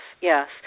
yes